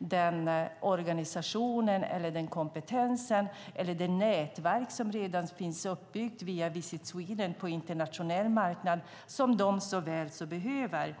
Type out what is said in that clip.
den organisation, den kompetens eller det nätverk som redan finns uppbyggt via Visit Sweden på internationell marknad och som de så väl behöver.